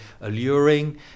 alluring